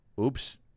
Oops